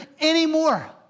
anymore